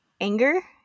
anger